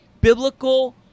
biblical